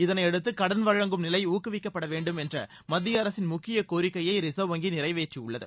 இதனையடுத்து கடன் வழங்கும் நிலை ஊக்குவிக்கப்பட வேண்டும் என்ற மத்திய அரசின் முக்கிய கோரிக்கையை ரிசர்வ் வங்கி நிறைவேற்றியுள்ளது